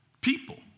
people